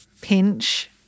pinch